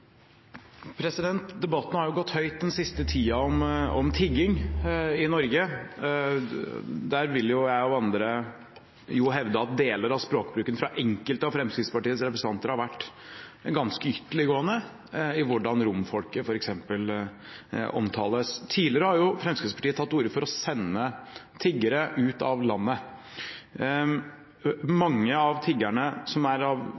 Debatten har gått høyt den siste tiden om tigging i Norge. Jeg og andre vil hevde at deler av språkbruken fra enkelte av Fremskrittspartiets representanter har vært ganske ytterliggående, f.eks. i hvordan romfolket omtales. Tidligere har jo Fremskrittspartiet tatt til orde for å sende tiggere ut av landet. Mange av tiggerne, som er av